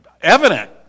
evident